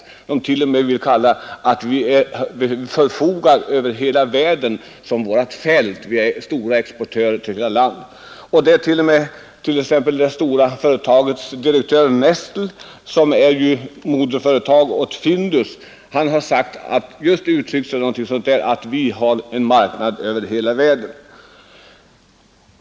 Man vill t.o.m. säga att de förfogar över hela världen som sitt fält. De är stora exportörer. Direktören för det stora företaget Nestlé som är moderföretag till Findus har sagt att ”vi har en marknad över hela världen”.